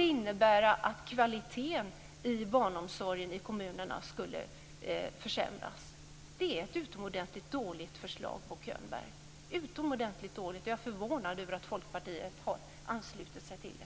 innebära att kvaliteten i barnomsorgen i kommunerna försämras. Det är ett utomordentligt dåligt förslag, Bo Könberg. Jag är förvånad över att Folkpartiet har anslutit sig till det.